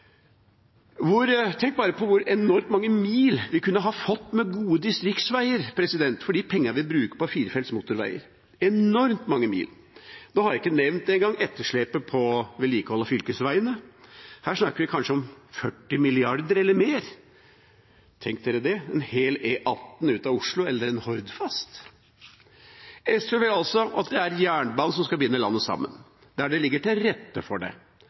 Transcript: Tenk bare på hvor enormt mange mil med gode distriktsveier vi kunne fått for de pengene vi bruker på firefelts motorveier – enormt mange mil. Da har jeg ikke engang nevnt etterslepet på vedlikehold av fylkesveiene. Der snakker vi kanskje om 40 mrd. kr eller mer. Tenk på det, en hel E18 ut av Oslo eller en Hordfast! SV vil at det er jernbanen som skal binde landet sammen – der det ligger til rette for det.